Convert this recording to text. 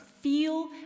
feel